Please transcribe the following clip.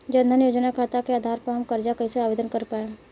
जन धन योजना खाता के आधार पर हम कर्जा कईसे आवेदन कर पाएम?